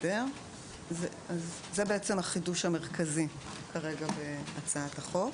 זה החידוש המרכזי בהצעת החוק.